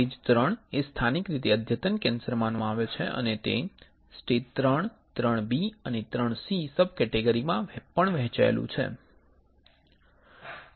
stage III એ સ્થાનિક રીતે અદ્યતન કેન્સર માનવામાં આવે છે અને તે III IIIB અને IIIC ની સબકેટેગરી માં પણ વહેંચાયેલું છે